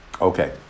Okay